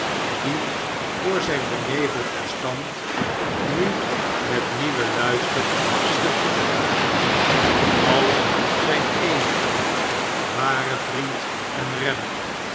die voor zijn beneveld verstand nu metnieuwen mister schitterde als zijn eenigen waren vriend en redder